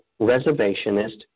reservationist